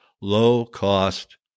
low-cost